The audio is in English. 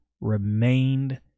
remained